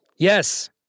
yes